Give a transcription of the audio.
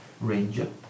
Ranger